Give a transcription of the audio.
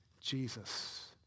Jesus